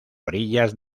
orillas